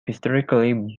historically